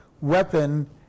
weapon